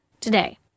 today